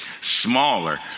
smaller